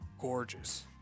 gorgeous